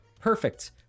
perfect